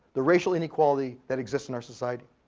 the racial inequality that exists in our society.